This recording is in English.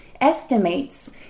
estimates